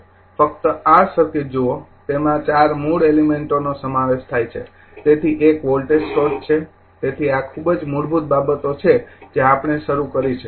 ફક્ત આ સર્કિટ જુઓ તેમાં ચાર મૂળ એલિમેંટોનો સમાવેશ થાય છે તેથી એક વોલ્ટેજ સ્ત્રોત છે તેથી આ ખૂબ જ મૂળભૂત બાબતો છે જે આપણે શરૂ કરી છે